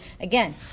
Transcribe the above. again